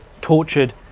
tortured